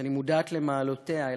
ואני מודעת למעלותיה,